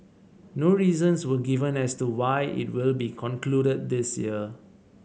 no reasons were given as to why it will be concluded this year